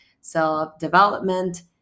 self-development